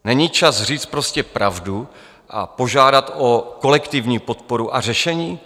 Není čas říct prostě pravdu a požádat o kolektivní podporu a řešení?